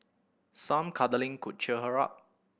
some cuddling could cheer her up